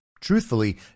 truthfully